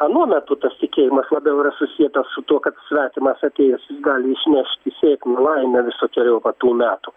anuo metu tas tikėjimas labiau yra susietas su tuo kad svetimas ateis gali išnešti sėkmę laimę visokeriopą tų metų